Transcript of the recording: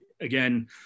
Again